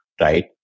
right